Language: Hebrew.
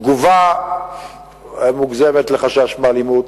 בתגובה מוגזמת לחשש מאלימות.